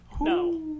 No